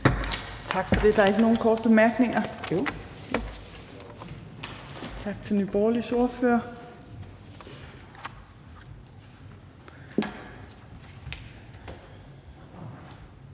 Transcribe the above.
Tak. Der er ikke nogen korte bemærkninger til Nye Borgerliges ordfører.